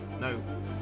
No